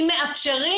עם מעט קשרים,